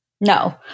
No